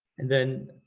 and then